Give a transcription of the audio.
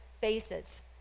faces